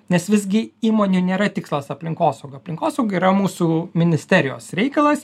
nes visgi įmonių nėra tikslas aplinkosauga aplinkosauga yra mūsų ministerijos reikalas